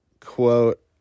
quote